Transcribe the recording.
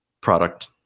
product